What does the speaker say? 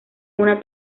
una